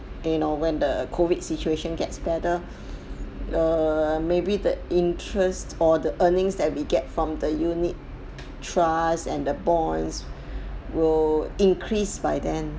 you know when the COVID situation gets better err maybe the interest or the earnings that we get from the unit trust and the bonds will increase by then